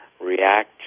react